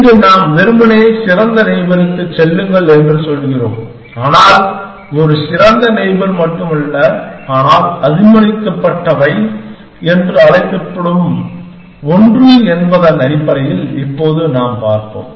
இங்கு நாம் வெறுமனே சிறந்த நெய்பருக்கு செல்லுங்கள் என்று சொல்கிறோம் ஆனால் ஒரு சிறந்த நெய்பர் மட்டுமல்ல ஆனால் அனுமதிக்கப்பட்டவை என்று அழைக்கப்படும் ஒன்று என்பதன் அடிப்படையில் இப்போது நாம் பார்ப்போம்